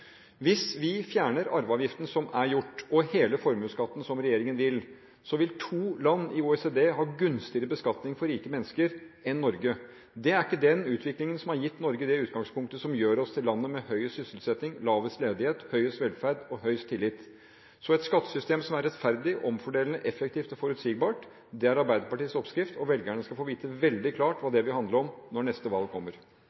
Hvis vi fjerner arveavgiften, som det er gjort, og hele formuesskatten, som regjeringen vil, vil to land i OECD ha mer gunstig beskatning for rike mennesker enn Norge. Det er ikke den utviklingen som har gitt Norge det utgangspunktet som gjør oss til landet med høyest sysselsetting, lavest ledighet, høyest velferd og høyest tillit. Et skattesystem som er rettferdig, omfordelende, effektivt og forutsigbart, er Arbeiderpartiets oppskrift. Velgerne skal få vite veldig klart hva